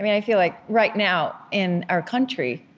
i feel like right now, in our country,